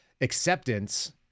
acceptance